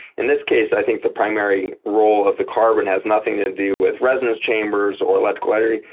in this case, i think the primary role of the carbon has nothing to do with resonance chambers or electrical energy.